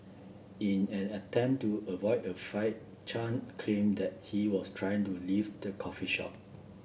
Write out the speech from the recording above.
in an attempt to avoid a fight Chen claimed that he was trying to leave the coffee shop